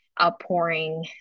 outpouring